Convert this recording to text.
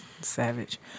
Savage